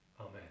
Amen